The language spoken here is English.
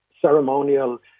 ceremonial